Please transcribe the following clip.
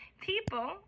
people